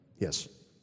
Yes